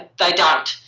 they don't.